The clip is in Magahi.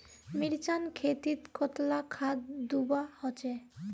मिर्चान खेतीत कतला खाद दूबा होचे?